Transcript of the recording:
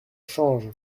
change